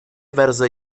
verze